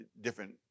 different